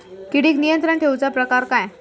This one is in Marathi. किडिक नियंत्रण ठेवुचा प्रकार काय?